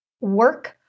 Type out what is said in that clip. Work